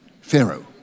Pharaoh